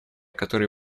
которые